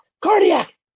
Cardiac